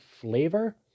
flavor